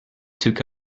took